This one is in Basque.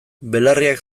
belarriak